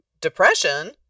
depression